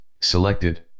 selected